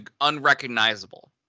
unrecognizable